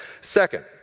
Second